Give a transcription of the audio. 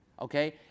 okay